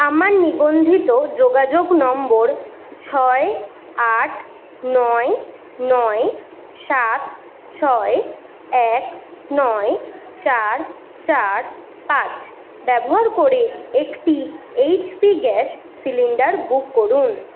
আমার নিবন্ধিত যোগাযোগ নম্বর ছয় আট নয় নয় সাত ছয় এক নয় চার চার পাঁচ ব্যবহার করে একটি এইচপি গ্যাস সিলিন্ডার বুক করুন